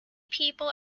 people